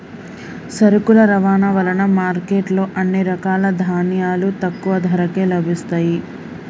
సరుకుల రవాణా వలన మార్కెట్ లో అన్ని రకాల ధాన్యాలు తక్కువ ధరకే లభిస్తయ్యి